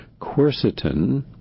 quercetin